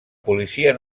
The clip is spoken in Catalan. policia